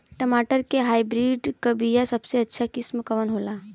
टमाटर के हाइब्रिड क बीया सबसे अच्छा किस्म कवन होला?